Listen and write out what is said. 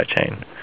chain